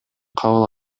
кабыл